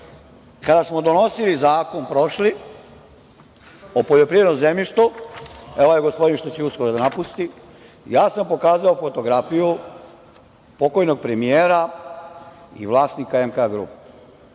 kada smo donosili zakon prošli o poljoprivrednom zemljištu, ovaj gospodin što će uskoro da napusti, ja sam pokazao fotografiju pokojnog premijera i vlasnika “MK Group”,